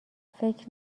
فکر